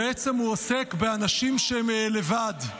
הוא עוסק באנשים שהם לבד,